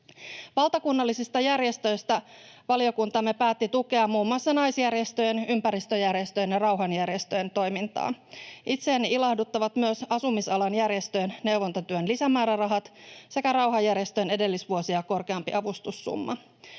Valtakunnallisista järjestöistä valiokuntamme päätti tukea muun muassa naisjärjestöjen, ympäristöjärjestöjen ja rauhanjärjestöjen toimintaa. Itseäni ilahduttavat myös asumisalan järjestöjen neuvontatyön lisämäärärahat sekä rauhanjärjestöjen edellisvuosia korkeampi avustussumma.